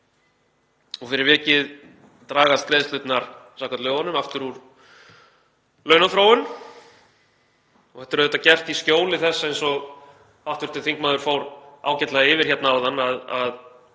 og fyrir vikið dragast greiðslurnar samkvæmt lögunum aftur úr launaþróun. Þetta er auðvitað gert í skjóli þess, eins og hv. þingmaður fór ágætlega yfir hérna